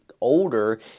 older